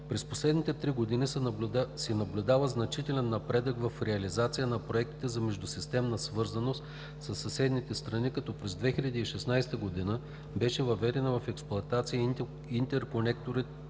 През последните три години се наблюдава значителен напредък в реализацията на проектите за междусистемна свързаност със съседните страни, като през 2016 г. беше въведен в експлоатация интерконекторът